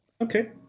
Okay